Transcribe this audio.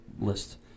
list